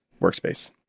workspace